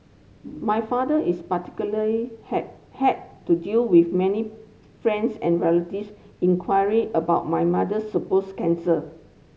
my father is particular has had to deal with many friends and relatives inquiring about my mother supposed cancer